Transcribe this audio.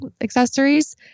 accessories